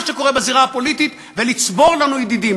שקורה בזירה הפוליטית ולצבור לנו ידידים,